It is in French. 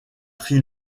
tri